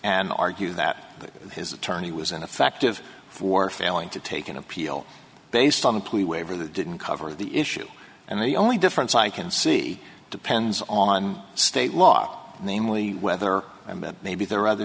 and argue that his attorney was ineffective for failing to take an appeal based on the police waiver that didn't cover the issue and the only difference i can see depends on state law namely whether and maybe there are other